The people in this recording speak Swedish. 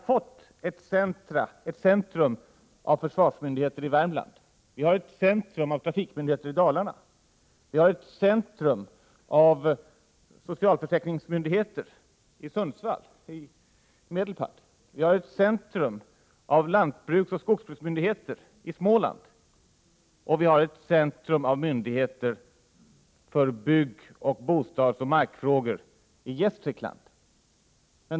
Det har skapats ett centrum av försvarsmyndigheter i Värmland, ett centrum av trafikmyndigheter i Dalarna, ett centrum av socialförsäkringsmyndigheter i Medelpad, ett centrum av lantbruksoch skogsbruksmyndigheter i Småland och ett centrum av myndigheter för bygg-, bostadsoch markfrågor i Gästrikland.